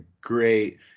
great